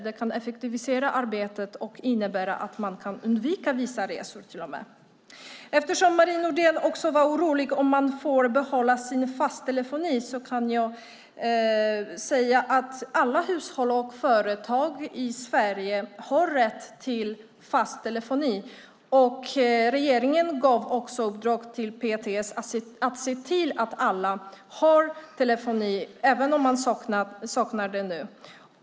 Det kan effektivisera arbetet och till och med innebära att man kan undvika vissa resor. Marie Nordén är också orolig för om man får behålla sin fasta telefoni. Alla hushåll och företag i Sverige har rätt till fast telefoni. Regeringen har gett i uppdrag åt PTS att se till att alla har telefoni, även om man saknar det nu.